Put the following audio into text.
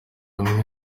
umwe